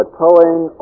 towing